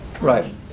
Right